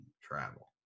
travel